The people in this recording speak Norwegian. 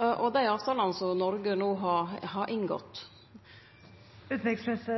og dei avtalane som Noreg no har inngått? Først